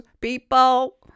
people